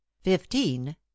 FIFTEEN